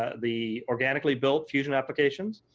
the organically built user application,